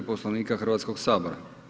Poslovnika Hrvatskog sabora.